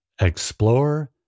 explore